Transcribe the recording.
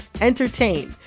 entertain